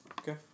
Okay